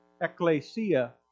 ecclesia